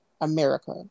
America